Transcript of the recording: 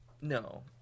No